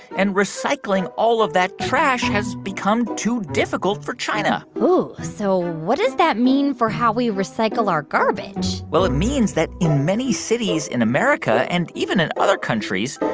and recycling all of that trash has become too difficult for china oh. so what does that mean for how we recycle our garbage? well, it means that in many cities in america, and even in other countries,